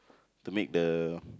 to make the